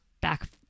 back